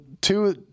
two